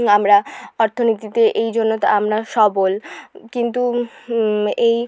আমরা অর্থনীতিতে এই জন্য তা আমরা সবল কিন্তু এই